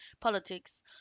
politics